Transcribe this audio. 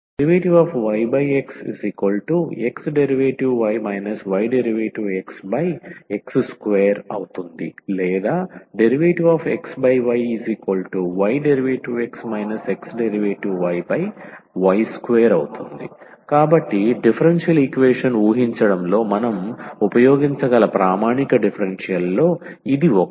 dyxxdy ydxx2 ordxyydx xdyy2 కాబట్టి differential equation ఊహించడంలో మనం ఉపయోగించగల ప్రామాణిక డిఫరెన్షియల్ లో ఇది ఒకటి